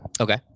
Okay